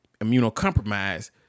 immunocompromised